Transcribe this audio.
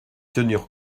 tenir